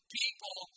people